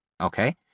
Okay